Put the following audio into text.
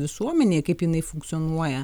visuomenėj kaip jinai funkcionuoja